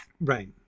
Right